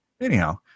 anyhow